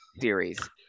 series